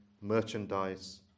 merchandise